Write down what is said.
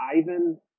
Ivan